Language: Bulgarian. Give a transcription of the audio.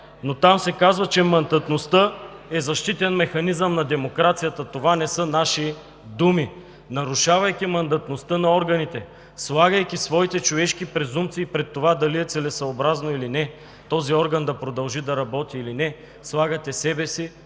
но там се казва, че мандатността е защитен механизъм на демокрацията. Това не са наши думи. Нарушавайки мандатността на органите, слагайки своите човешки презумпции пред това дали е целесъобразно или не този орган да продължи да работи или не, слагате себе си